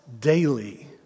daily